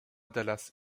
dallas